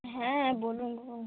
হ্যাঁ বলুন